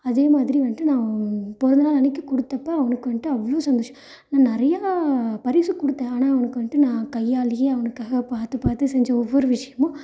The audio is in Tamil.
அதே மாதிரி வந்துட்டு நான் பிறந்தநாள் அன்றைக்கி கொடுத்தப்ப அவனுக்கு வந்துட்டு அவ்வளோ சந்தோஷம் நான் நிறையா பரிசு கொடுத்தேன் ஆனால் அவனுக்கு வந்துட்டு நான் கையாலேயே அவனுக்காக பார்த்து பார்த்து செஞ்ச ஒவ்வொரு விஷயமும்